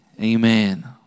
Amen